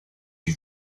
you